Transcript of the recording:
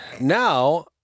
Now